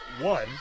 one